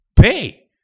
pay